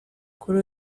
kuri